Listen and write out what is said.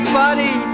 buddy